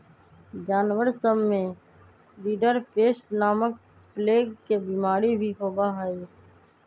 जानवर सब में रिंडरपेस्ट नामक प्लेग के बिमारी भी होबा हई